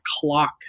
clock